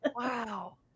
Wow